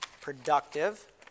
productive